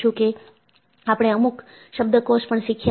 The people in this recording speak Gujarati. કે આપણે અમુક શબ્દકોષ પણ શીખ્યા છે